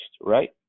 right